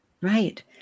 right